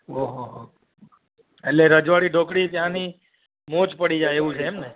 ઓહોહો એટલે રજવાડી ઢોકળી ત્યાંની મોજ પડી જાય એવું છે એમને